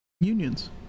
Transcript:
unions